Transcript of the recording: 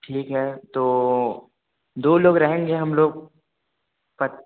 ठीक है तो दो लोग रहेंगे हम लोग पर